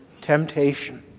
temptation